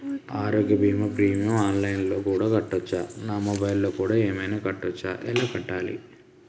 ఆరోగ్య బీమా premium online లో కూడా కట్టచ్చా? నా మొబైల్లో కూడా ఏమైనా కట్టొచ్చా? ఎలా కట్టాలి?